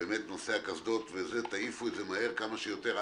באמת נושא הקסדות תעיפו את זה כמה שיותר מהר.